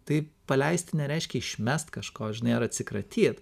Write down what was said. tai paleisti nereiškia išmest kažko žinai ar atsikratyt